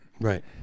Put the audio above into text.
Right